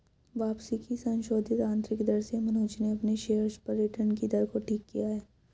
वापसी की संशोधित आंतरिक दर से मनोज ने अपने शेयर्स पर रिटर्न कि दर को ठीक किया है